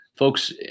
Folks